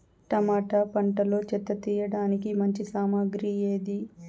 Tomato పంటలో చెత్త తీయడానికి మంచి సామగ్రి ఏది?